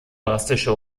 drastische